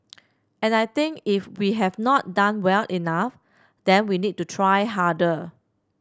and I think if we have not done well enough then we need to try harder